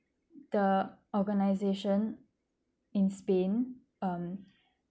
the organisation in spain um